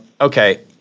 okay